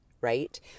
right